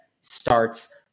starts